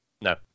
No